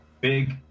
big